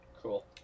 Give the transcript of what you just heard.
Cool